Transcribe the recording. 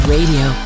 Radio